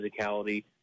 physicality